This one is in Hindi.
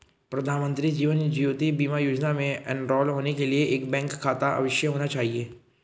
प्रधानमंत्री जीवन ज्योति बीमा योजना में एनरोल होने के लिए एक बैंक खाता अवश्य होना चाहिए